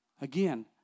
Again